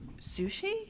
sushi